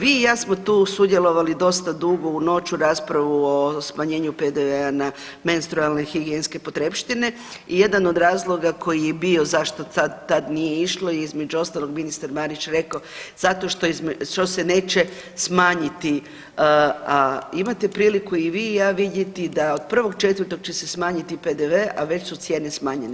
Vi i ja smo tu sudjelovali dosta dugo u noć u raspravi o smanjenju PDV-a na menstrualne higijenske potrepštine i jedan od razloga koji je bio zašto tad nije išlo između ostalog je ministar Marić rekao zato što se neće smanjiti, imate priliku i vi i ja vidjeti da od 1.4. će se smanjiti PDV, a već su cijene smanjenje.